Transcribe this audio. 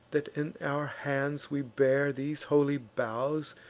that in our hands we bear these holy boughs,